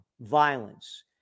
violence